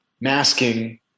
masking